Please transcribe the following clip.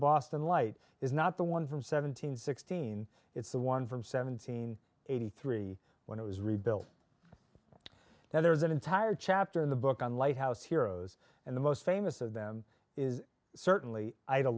boston light is not the one from seventeen sixteen it's the one from seventeen eighty three when it was rebuilt now there's an entire chapter in the book on lighthouse heroes and the most famous of them is certainly i